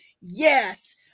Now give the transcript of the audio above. yes